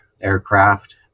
aircraft